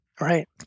Right